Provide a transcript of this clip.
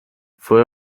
fue